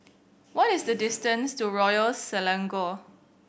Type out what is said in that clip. what is the distance to Royal Selangor